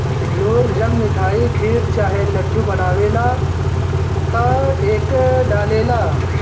लोग जब मिठाई, खीर चाहे लड्डू बनावेला त एके डालेला